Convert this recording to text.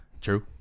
True